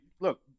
look